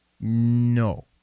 no